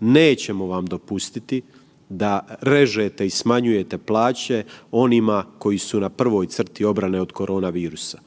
nećemo vam dopustiti da režete i smanjujete plaće onima koji su na prvoj crti obrane od korona virusa.